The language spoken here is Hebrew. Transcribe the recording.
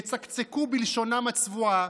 יצקצקו בלשונם הצבועה,